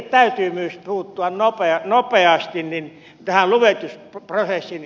täytyy myös puuttua nopeasti tähän luvitusprosessin nopeuttamiseen